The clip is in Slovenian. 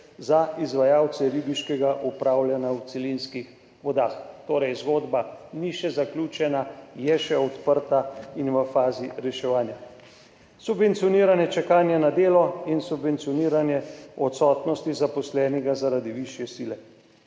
za izvajalce ribiškega upravljanja v celinskih vodah, torej zgodba še ni zaključena, je še odprta in v fazi reševanja, subvencioniranje čakanja na delo in subvencioniranje odsotnosti zaposlenega zaradi višje sile,